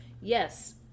Yes